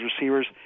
receivers